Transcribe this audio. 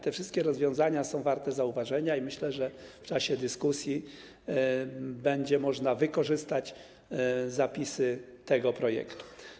Te wszystkie rozwiązania są warte zauważenia i myślę, że w czasie dyskusji będzie można wykorzystać zapisy tego projektu.